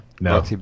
No